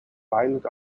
violent